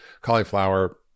cauliflower